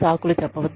సాకులు చెప్పవద్దు